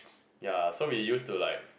ya so we used to like